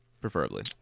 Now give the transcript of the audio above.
Preferably